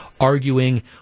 arguing